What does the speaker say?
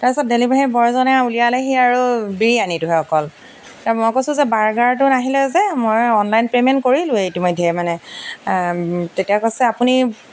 তাৰপিছত ডেলিভাৰীৰ বয়জনে উলিয়ালেহি আৰু বিৰিয়ানিটোহে অকল মই কৈছোঁ যে বাৰ্গাৰটো নাহিলে যে মই অনলাইন পে'মেণ্ট কৰিলোঁৱেই ইতিমধ্যে মানে তেতিয়া কৈছে আপুনি